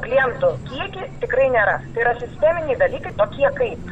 klientų kiekį tikrai nėra tai yra sisteminiai dalykai tokie kaip